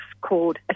called